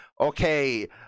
Okay